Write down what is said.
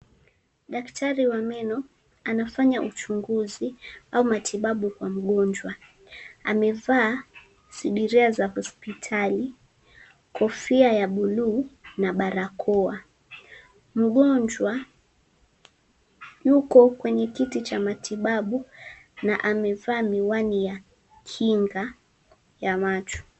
Daktari wa meno anafanya uchunguzi au matibabu kwa mgonjwa amevaa sidiria za hospitali, kofia ya buluu na barakoa. Mgonjwa yuko kwenye kiti cha matibabu na amevaa miwani ya kinga ya macho.